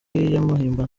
y’amahimbano